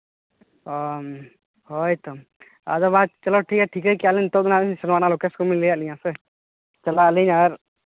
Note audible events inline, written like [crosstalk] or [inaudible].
ᱚᱻ ᱦᱳᱭ ᱛᱚ ᱟᱫᱚ ᱵᱟᱭ ᱪᱟᱞᱟᱣ ᱴᱷᱤᱠᱟᱹ ᱴᱷᱤᱠᱟᱹ ᱠᱮᱫᱼᱟ [unintelligible] ᱚᱱᱟ ᱞᱳᱠᱮᱥᱮᱱ ᱵᱮᱱ ᱞᱟᱹᱭ ᱟᱜ ᱞᱤᱧᱟᱹ ᱥᱮ ᱪᱟᱞᱟᱜ ᱟᱹᱞᱤᱧ ᱟᱨ